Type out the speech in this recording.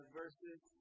verses